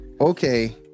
Okay